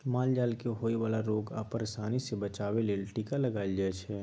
माल जाल केँ होए बला रोग आ परशानी सँ बचाबे लेल टीका लगाएल जाइ छै